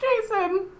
Jason